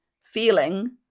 feeling